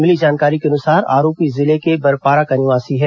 मिली जानकारी के अनुसार आरोपी जिले के बरपारा का निवासी है